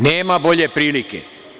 Nema bolje prilike.